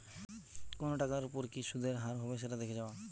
কোনো টাকার ওপর কি সুধের হার হবে সেটা দেখে যাওয়া